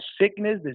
sickness